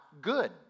good